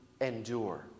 endure